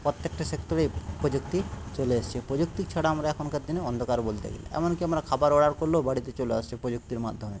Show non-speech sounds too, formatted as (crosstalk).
প্রত্যেকটা সেক্টরে প্রযুক্তি চলে এসছে প্রযুক্তি ছাড়া আমরা এখনকার দিনে অন্ধকার বলতে গেলে এমন কি আমরা খাবার (unintelligible) করলেও বাড়িতে চলে আসছে প্রযুক্তির মাধ্যমে